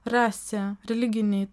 rasė religiniai